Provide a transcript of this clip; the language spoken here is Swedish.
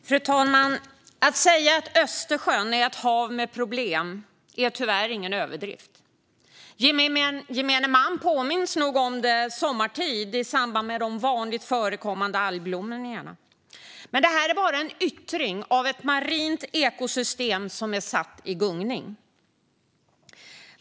Fru talman! Att säga att Östersjön är ett hav med problem är tyvärr ingen överdrift. Gemene man påminns nog om det sommartid i samband med de vanligt förekommande algblomningarna, men det är bara en yttring av ett marint ekosystem som är satt i gungning.